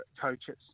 coaches